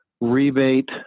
rebate